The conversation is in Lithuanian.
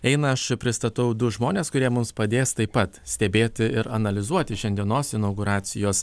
eina aš pristatau du žmones kurie mums padės taip pat stebėti ir analizuoti šiandienos inauguracijos